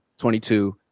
22